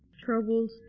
troubles